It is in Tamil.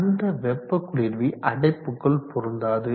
அந்த வெப்ப குளிர்வி அடைப்புக்குள் பொருந்தாது